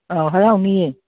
ꯑꯧ ꯍꯔꯥꯎꯅꯤꯌꯦ